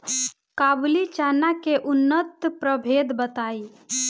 काबुली चना के उन्नत प्रभेद बताई?